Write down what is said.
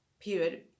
period